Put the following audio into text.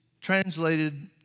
translated